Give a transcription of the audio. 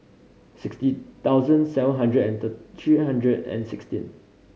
sixty thousand seven hundred and three hundred and sixteen